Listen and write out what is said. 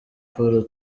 paul